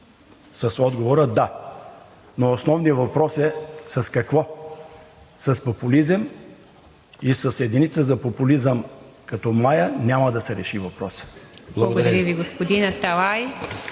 с отговора „да“. Но основният въпрос е: с какво? С популизъм и с единица за популизъм като Мая няма да се реши въпросът. Благодаря Ви. ПРЕДСЕДАТЕЛ